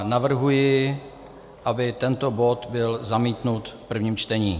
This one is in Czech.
Navrhuji, aby tento bod byl zamítnut v prvním čtení.